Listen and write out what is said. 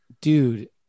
Dude